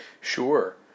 Sure